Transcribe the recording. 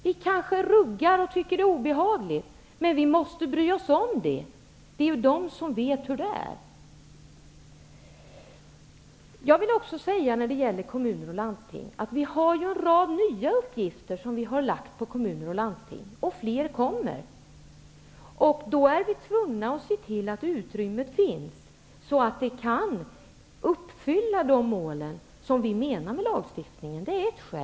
Vi kanske tycker att det är obehagligt, men vi måste bry oss om detta. Det är ju de som vet hur det är. Vi har ju lagt en rad nya uppgifter på kommuner och landsting, och fler blir det. Vi är därför tvungna att se till att det finns utrymme för att dessa mål uppnås. Det menar vi med lagstiftningen. Det är ett skäl.